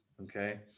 Okay